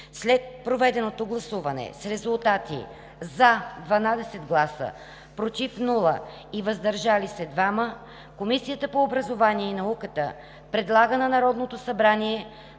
След проведеното гласуване с резултати: „за” – 12 гласа, „против“ – няма, и „въздържал се“ – 2, Комисията по образованието и науката предлага на Народното събрание